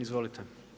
Izvolite.